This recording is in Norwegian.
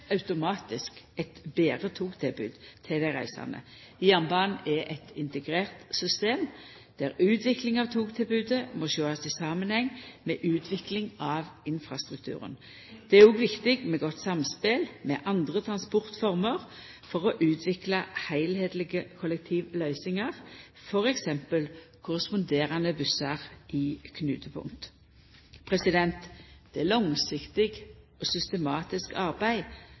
automatisk eit betre togtilbod til dei reisande. Jernbanen er eit integrert system der utvikling av togtilbodet må sjåast i samanheng med utvikling av infrastrukturen. Det er òg viktig med godt samspel med andre transportformer for å utvikla heilskaplege kollektivløysingar, f.eks. korresponderande bussar i knutepunkt. Det er langsiktig og systematisk arbeid